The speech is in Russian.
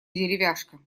деревяшка